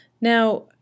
Now